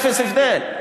אפס הבדל.